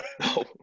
No